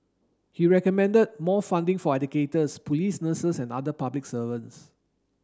he recommended more funding for educators police nurses and other public servants